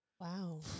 Wow